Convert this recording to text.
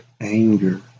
anger